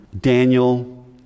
Daniel